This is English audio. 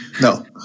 No